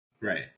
Right